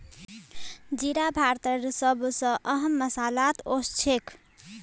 जीरा भारतेर सब स अहम मसालात ओसछेख